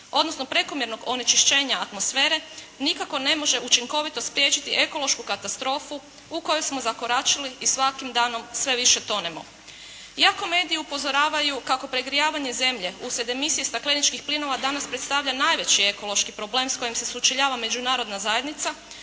odnosno prekomjernog onečišćenja atmosfere, nikako ne može učinkovito spriječiti ekološku katastrofu u koju smo zakoračili i svakim danom sve više tonemo. Iako mediji upozoravaju kako pregrijavanje zemlje uslijed emisije stakleničkih plinova danas predstavlja najveći ekološki problem s kojim se sučeljava Međunarodna zajednica,